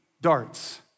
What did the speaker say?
darts